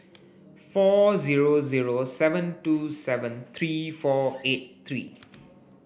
four zero zero seven two seven three four eight three